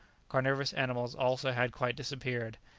carnivorous animals also had quite disappeared,